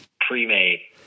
pre-made